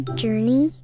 journey